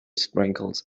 sprinkles